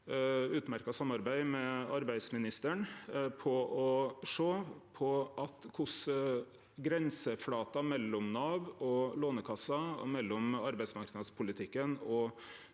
utmerkt samarbeid med arbeidsministeren for å sjå på korleis grenseflata mellom Nav og Lånekassen og mellom arbeidsmarknadspolitikken og